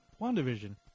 WandaVision